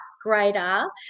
greater